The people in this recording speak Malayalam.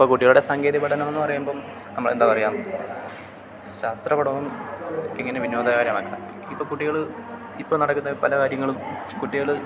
ഇപ്പം കുട്ടികളുടെ സാങ്കേതിക പഠനമെന്ന് പറയുമ്പം നമ്മളെന്താ പറയുക ശാസ്ത്രപഠനവും ഇങ്ങനെ വിനോദകരമാക്കാം ഇപ്പം കുട്ടികൾ ഇപ്പം നടക്കുന്ന പല കാര്യങ്ങളും കുട്ടികൾ